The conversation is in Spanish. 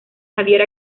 javier